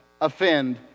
offend